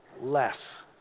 less